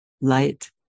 light